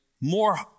more